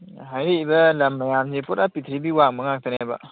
ꯍꯥꯏꯔꯛꯏꯕ ꯂꯝ ꯃꯌꯥꯝꯁꯤ ꯄꯨꯔꯥ ꯄꯤꯊ꯭ꯔꯤꯕꯤ ꯋꯥꯡꯃ ꯉꯥꯛꯇꯅꯦꯕ